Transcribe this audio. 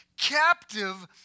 captive